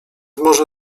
może